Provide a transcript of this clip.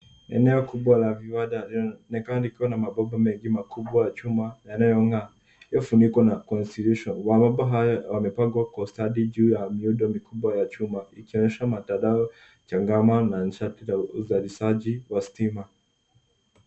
Eneo kubwa la viwanda laonekana likiwa na mabomba mengi makubwa ya chuma yanayong'aa yaliyofunikwa na concealation . Mabomba hayo yamepangwa kwa ustadi juu ya miundo mikubwa ya chuma ikionyesha matandao changama na nishati za uzalishaji wa stima.